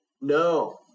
No